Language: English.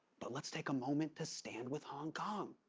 but let's take a moment to stand with hong kong.